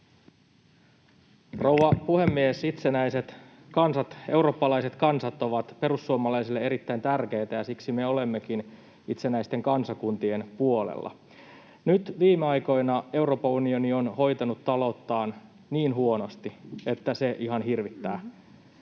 Rouva puhemies! Itsenäiset kansat, eurooppalaiset kansat, ovat perussuomalaisille erittäin tärkeitä, ja siksi me olemmekin itsenäisten kansakuntien puolella. Nyt viime aikoina Euroopan unioni on hoitanut talouttaan niin huonosti, että se ihan hirvittää.